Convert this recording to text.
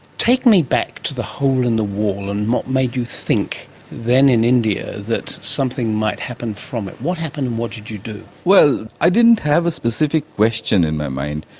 take me back to the hole in the wall and what made you think then in india that something might happen from it. what happened and what did you do? well, i didn't have a specific question in my mind.